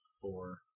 four